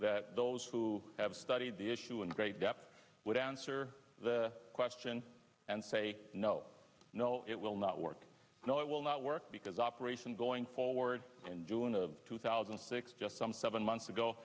that those who have studied the issue in great depth would answer the question and say no no it will not work no it will not work because operation going forward and doing the two thousand and six just some seven months ago